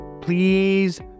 please